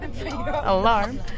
alarm